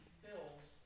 fills